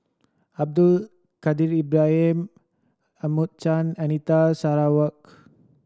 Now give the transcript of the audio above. Abdul Kadir Ibrahim Edmund Chen Anita Sarawak